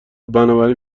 بنابراین